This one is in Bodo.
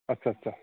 आस्सा आस्सा